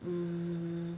hmm